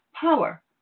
power